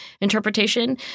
interpretation